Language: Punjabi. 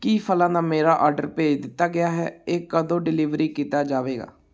ਕੀ ਫ਼ਲਾ ਦਾ ਮੇਰਾ ਆਰਡਰ ਭੇਜ ਦਿੱਤਾ ਗਿਆ ਹੈ ਇਹ ਕਦੋਂ ਡਿਲੀਵਰੀ ਕੀਤਾ ਜਾਵੇਗਾ